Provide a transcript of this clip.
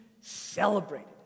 celebrated